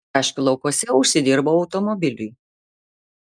braškių laukuose užsidirbau automobiliui